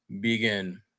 begin